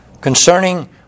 concerning